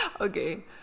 Okay